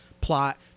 plot